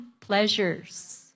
pleasures